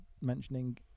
mentioning